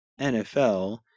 NFL